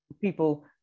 people